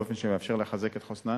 באופן שמאפשר לחזק את חוסנן